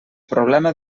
problema